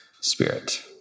spirit